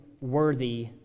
worthy